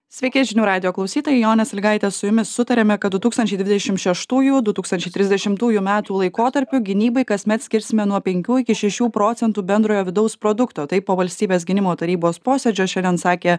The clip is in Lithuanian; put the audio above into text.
sveiki žinių radijo klausytojai jonė sąlygaitė su jumis sutarėme kad du tūkstančiai dvidešim šeštųjų du tūkstančiai trisdešimtųjų metų laikotarpiu gynybai kasmet skirsime nuo penkių iki šešių procentų bendrojo vidaus produkto taip po valstybės gynimo tarybos posėdžio šiandien sakė